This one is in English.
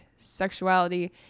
sexuality